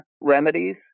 remedies